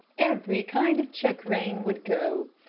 every kind of check-rein would go.